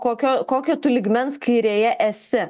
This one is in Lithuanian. kokio kokio tu lygmens kairėje esi